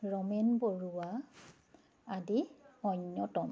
ৰমেন বৰুৱা আদি অন্যতম